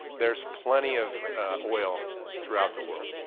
there's plenty of oil throughout the world.